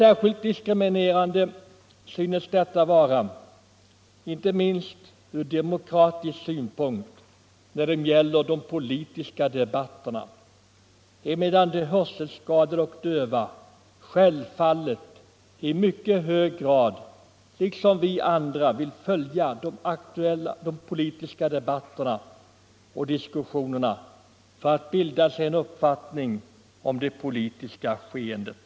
Särskilt diskriminerande synes detta vara inte minst från demokratisk synpunkt när det gäller politiska debatter, emedan de hörselskadade och döva självfallet i mycket hög grad liksom vi andra vill följa aktuella politiska debatter och diskussioner för att bilda sig 159 Underlättande för vissa handikappade att ta del av Sveriges Radios programutbud en uppfattning om det politiska skeendet.